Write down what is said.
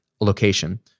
location